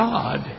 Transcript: God